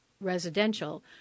residential